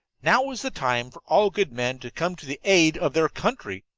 now is the time for all good men to come to the aid of their country!